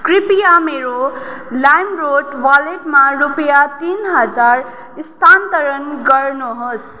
कृपया मेरो लाइमरोड वलेटमा रुपियाँ तिन हजार स्थानान्तरण गर्नुहोस्